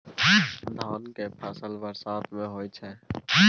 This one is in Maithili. धान के फसल बरसात में होय छै?